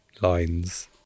lines